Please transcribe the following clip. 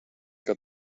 que